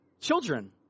children